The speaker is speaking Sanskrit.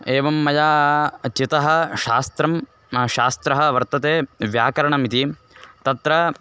एवं मया चितः शास्त्रं शास्त्रः वर्तते व्याकरणम् इति तत्र